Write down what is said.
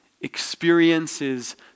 experiences